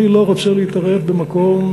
אני לא רוצה להתערב במקום,